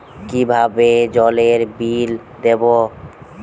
কিভাবে জলের বিল দেবো?